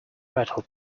rattled